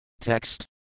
Text